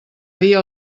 dia